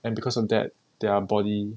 and because of that their body